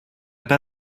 pas